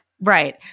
Right